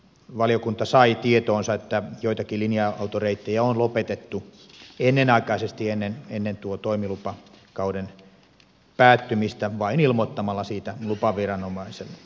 valiokunta sai tietoonsa että joitakin linja autoreittejä on lopetettu ennenaikaisesti ennen tuon toimilupakauden päättymistä vain ilmoittamalla siitä lupaviranomaiselle